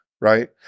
right